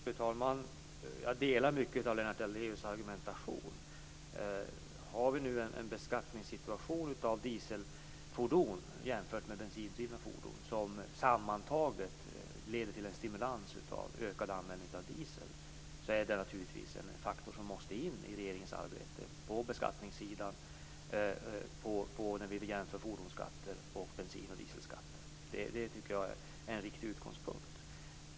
Fru talman! Jag delar mycket av Lennart Daléus argumentation. Om vi har en beskattningssituation av dieselfordon jämfört med bensindrivna fordon som sammantaget stimulerar en ökad användning av diesel, är det naturligtvis en faktor som måste in i regeringens arbete vid jämförelse av fordons-, bensin och dieselskatter. Det är en riktig utgångspunkt.